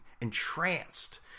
entranced